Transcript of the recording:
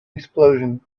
explosion